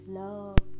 love